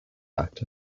act